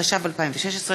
התשע"ו 2016,